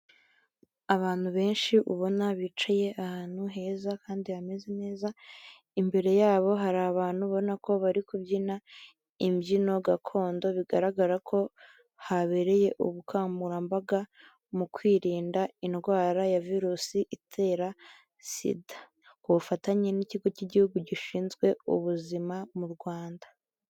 Abantu benshi ubona bicaye ahantu heza kandi hameze neza, imbere yabo hari abantu ubona ko bari kubyina imbyino gakondo, bigaragara ko habereye ubukangurambaga mu kwirinda indwara ya virusi itera sida, ku bufatanye n'ikigo cy'igihugu gishinzwe ubuzima mu Rwanda.